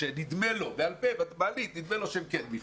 שנדמה לו שהם כן בפנים.